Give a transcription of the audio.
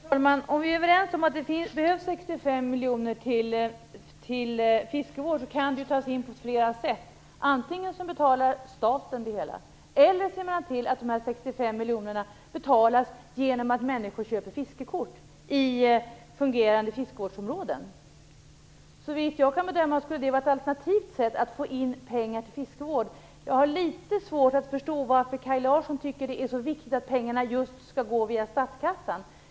Fru talman! Om vi är överens om att det behövs 65 miljoner till fiskevård kan de tas in på flera sätt. Antingen betalar staten det hela eller också ser man till att de här 65 miljonerna betalas genom att människor köper fiskekort i fungerande fiskevårdsområden. Såvitt jag kan bedöma skulle det vara ett alternativt sätt att få in pengar till fiskevård. Jag har litet svårt att förstå varför Kaj Larsson tycker att det är så viktigt att pengarna just skall gå via statskassan.